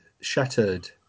shattered